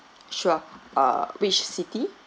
sure uh which city